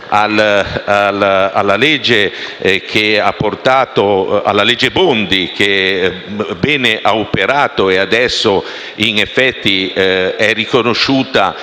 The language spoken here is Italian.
alla legge Bondi, che bene ha operato e che, in effetti, adesso è riconosciuta